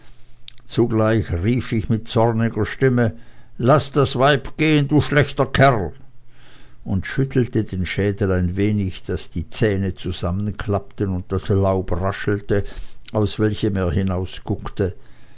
zugleich rief ich mit zorniger stimme laß das weib gehen du schlechter kerl und schüttelte den schädel ein wenig daß die zähne zusammenklappten und das laub raschelte aus welchem er